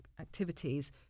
activities